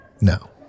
No